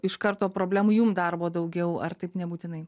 iš karto problemų jum darbo daugiau ar taip nebūtinai